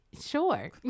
Sure